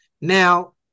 Now